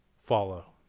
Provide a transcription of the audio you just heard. follow